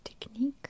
technique